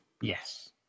Yes